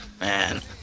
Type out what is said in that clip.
Man